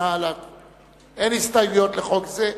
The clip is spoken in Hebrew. אין הסתייגויות לחוק זה.